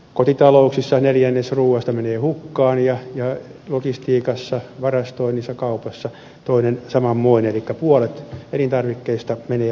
kotitalouksissa neljännes ruuasta menee hukkaan ja logistiikassa varastoinnissa kaupassa toinen samanmoinen elikkä puolet elintarvikkeista menee maailmalla hukkaan